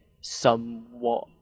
somewhat